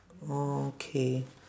okay